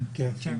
כן, 30